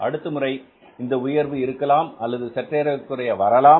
அடுத்த முறை இந்த உயர்வு இருக்கலாம் அல்லது சற்றேறக்குறைய வரலாம்